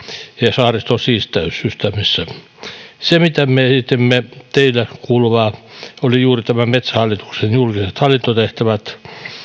saariston siisteyssysteemissä se mitä me esitimme teille kuuluvaa olivat juuri nämä metsähallituksen julkiset hallintotehtävät